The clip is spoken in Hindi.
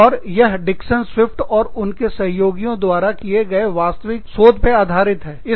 और यह डिक्शन स्विफ्ट और उनके सहयोगियों द्वारा किए गए वास्तविक शोध पर आधारित है